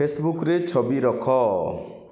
ଫେସବୁକ୍ରେ ଛବି ରଖ